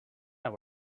know